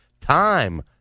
time